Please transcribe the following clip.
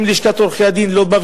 שלשכת עורכי-הדין לא באה,